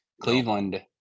Cleveland